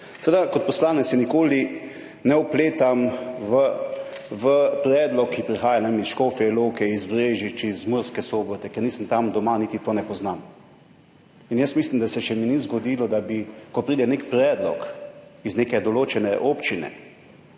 Seveda kot poslanec se nikoli ne vpletam v predlog, ki prihaja, ne vem, iz Škofje Loke, iz Brežic, iz Murske Sobote, ker nisem tam doma, niti to ne poznam. Jaz mislim, da se mi še ni zgodilo, da bi, ko pride nek predlog iz neke določene občine